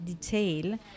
detail